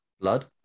Blood